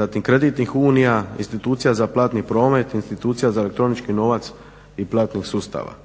zatim kreditnih unija, institucija za platni promet, institucija za elektronički novac i platnog sustava.